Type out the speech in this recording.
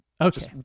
Okay